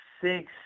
six